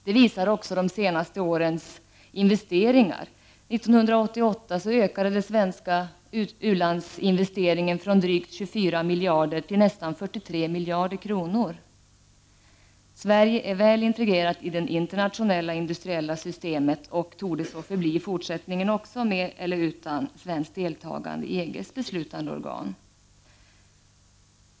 Det visar också de senaste årens investeringar. År 1988 ökade de svenska utlandsinvesteringarna från drygt 24 miljarder till nästan 43 miljarder kronor. Sverige är väl integrerat i det internationella industriella systemet och torde så förbli i fortsättningen, med eller utan svenskt deltagande i EG:s beslutande organ.